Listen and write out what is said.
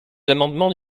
l’amendement